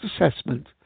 assessment